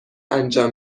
انجام